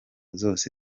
zose